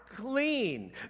clean